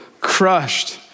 crushed